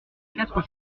quatre